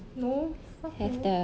no fuck no